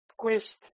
squished